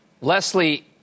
Leslie